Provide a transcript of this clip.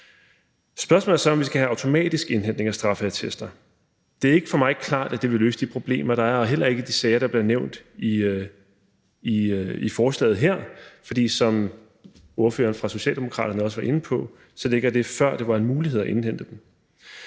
Spørgsmålet er så, om vi skal have automatisk indhentning af straffeattester. Det er ikke for mig klart, at det vil løse de problemer, der er, heller ikke i de sager, der bliver nævnt i forslaget her. For som ordføreren for Socialdemokraterne også var inde på, ligger de, før det var en mulighed at indhente